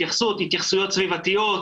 התייחסויות סביבתיות,